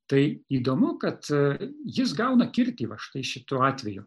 tai įdomu kad jis gauna kirtį va štai šituo atveju